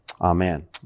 Amen